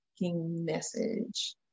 message